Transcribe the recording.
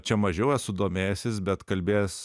čia mažiau esu domėjęsis bet kalbėjęs